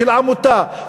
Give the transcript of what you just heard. של עמותה,